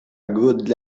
good